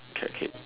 carrot cake